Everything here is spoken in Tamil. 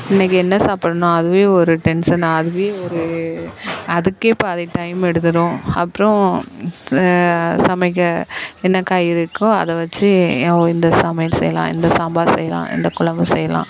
இன்றைக்கி என்ன சாப்பிட்ணும் அதுவே ஒரு டென்சன் அதுவே ஒரு அதுக்கே பாதி டைம் எடுத்துடும் அப்றம் சமைக்க என்ன காய்கறி இருக்கோ அதை வச்சு ஆ ஓ இந்தச் சமையல் செய்யலாம் இந்த சாம்பார் செய்யலாம் இந்தக் குழம்பு செய்யலாம்